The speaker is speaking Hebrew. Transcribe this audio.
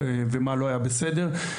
ומה לא היה בסדר.